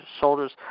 soldiers